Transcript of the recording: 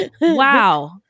Wow